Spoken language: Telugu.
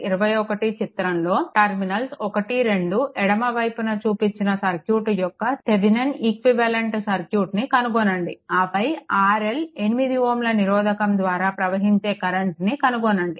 21 చిత్రంలో టర్మినల్స్ 1 2 ఎడమ వైపున చూపించిన సర్క్యూట్ యొక్క థెవెనిన్ ఈక్వివలెంట్ సర్క్యూట్ను కనుగొనండి ఆపై RL 8Ω నిరోధకం ద్వారా ప్రవహించే కరెంట్ను కనుగొనండి